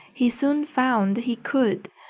he soon found he could.